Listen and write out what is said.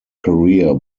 career